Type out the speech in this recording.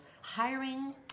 hiring